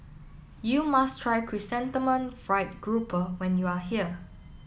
you must try Chrysanthemum Fried Grouper when you are here